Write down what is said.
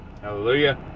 hallelujah